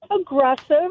aggressive